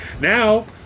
Now